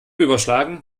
überschlagen